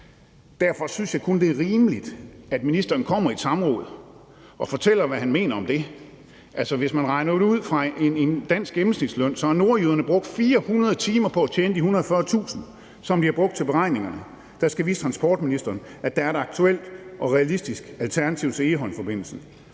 Derfor synes jeg kun, det er rimeligt, at ministeren kommer i et samråd og fortæller, hvad han mener om det. Hvis man regner det ud fra en dansk gennemsnitsløn, har nordjyderne brugt 400 timer på at tjene de 140.000 kr., som de har brugt til beregningerne, der skal vise transportministeren, at der er et aktuelt og realistisk alternativ til Egholmforbindelsen,